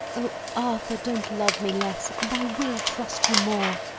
o arthur, don't love me less, and i will trust you more.